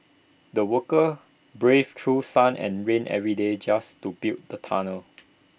the workers braved through sun and rain every day just to build the tunnel